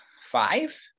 five